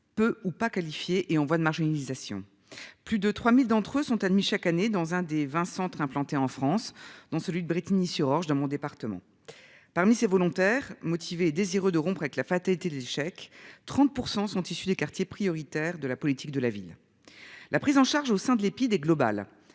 Peu ou pas qualifiés et en voie de marginalisation. Plus de 3000 d'entre eux sont admis chaque année dans un des 20 centres, implantés en France dont celui de Brétigny-sur-Orge, dans mon département. Parmi ces volontaires motivés désireux de rompre avec la fatalité de l'échec, 30% sont issus des quartiers prioritaires de la politique de la ville. La prise en charge au sein de l'Epide et globale.